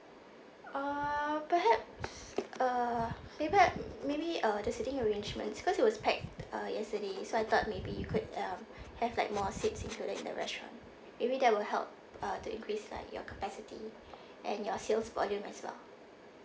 uh perhaps uh maybe uh maybe the seating arrangements because it was packed uh yesterday so I thought maybe you could uh add more seats to the restaurant maybe that will help uh to increase like your capacity and your sales volume as well